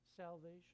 salvation